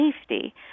safety